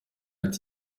ati